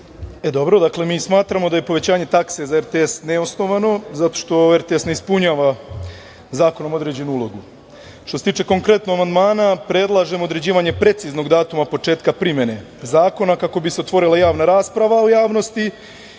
Radovanović** Mi smatramo da je povećanje takse za RTS neosnovano zato što RTS ne ispunjava zakonom određenu ulogu. Što se tiče konkretno amandmana predlažemo određivanje preciznog datuma od početka primene zakona kako bi se otvorila javna rasprava u javnosti